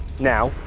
now,